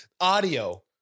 audio